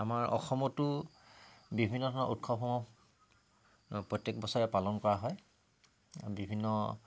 আমাৰ অসমতো বিভিন্ন ধৰণৰ উৎসৱসমূহ প্ৰত্যেক বছৰে পালন কৰা হয় বিভিন্ন